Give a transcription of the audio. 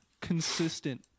consistent